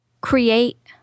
create